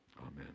Amen